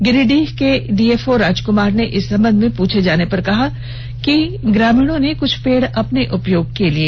गिरिडीह के डीएफओ राजकुमार ने इस सम्बंध में पूछे जाने पर कहा कि ग्रामीणों ने कुछ पेड़ अपने उपयोग के लिए काटे हैं